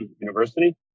University